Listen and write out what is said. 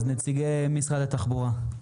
נציגי משרד התחבורה,